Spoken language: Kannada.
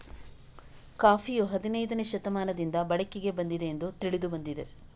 ಕಾಫಿಯು ಹದಿನೈದನೇ ಶತಮಾನದಿಂದ ಬಳಕೆಗೆ ಬಂದಿದೆ ಎಂದು ತಿಳಿದು ಬಂದಿದೆ